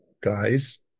guys